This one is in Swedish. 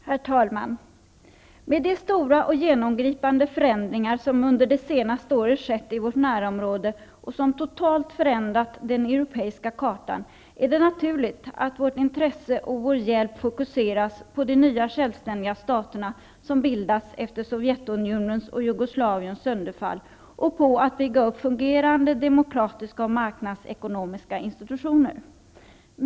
Herr talman! Med de stora och genomgripande förändringar som under det senaste året skett i vårt närområde och som totalt förändrat den europeiska kartan är det naturligt att vårt intresse och vår hjälp fokuseras på de nya självständiga staterna, som bildats efter Sovjetunionens och Jugoslaviens sönderfall, och på att bygga upp fungerande demokratiska och marknadsekonomiska institutioner.